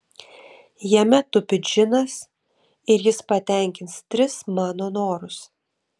jame tupi džinas ir jis patenkins tris mano norus